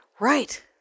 Right